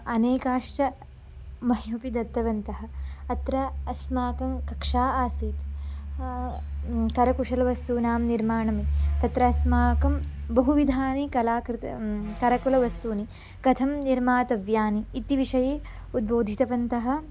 अनेके च मह्यमपि दत्तवन्तः अत्र अस्माकं कक्षा आसीत् करकुशलवस्तूनां निर्माणं तत्र अस्माकं बहुविधाः कलाकृतयः करकुशलवस्तूनि कथं निर्मातव्यानि इति विषये उद्बोधितवन्तः